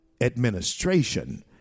administration